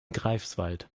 greifswald